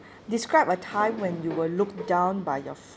describe a time when you were looked down by your